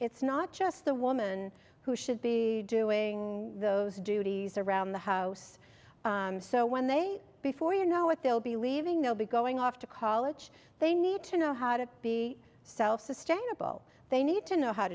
it's not just the woman who should be doing those duties around the house so when they before you know what they'll be leaving they'll be going off to college they need to know how to be self sustaining uppal they need to know how